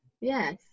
Yes